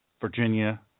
Virginia –